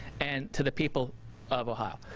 and to the people of ohio.